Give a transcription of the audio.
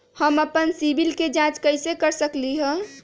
हम अपन सिबिल के जाँच कइसे कर सकली ह?